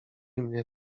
mnie